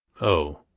Oh